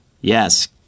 Yes